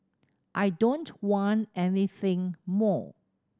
I don't want anything more